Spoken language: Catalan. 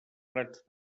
prats